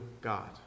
God